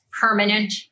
permanent